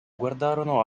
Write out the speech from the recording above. guardarono